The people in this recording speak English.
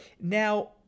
Now